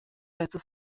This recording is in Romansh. lezza